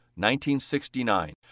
1969